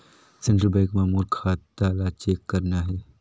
Central bank मां मोर खाता ला चेक करना हे?